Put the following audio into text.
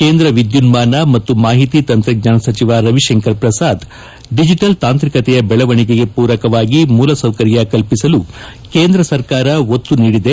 ಕೇಂದ್ರ ವಿದ್ದುನ್ನಾನ ಮತ್ತು ಮಾಹಿತಿ ತಂತ್ರಜ್ವಾನ ಸಚವ ರವಿಶಂಕರ್ ಪ್ರಸಾದ್ ಡಿಜೆಟಲ್ ತಾಂತ್ರಿಕತೆಯ ಬೆಳವಣಿಗೆಗೆ ಪೂರಕವಾಗಿ ಮೂಲಸೌಕರ್ಯ ಕಲ್ಪಿಸಲು ಕೇಂದ್ರ ಸರ್ಕಾರ ಒತ್ತು ನೀಡಿದೆ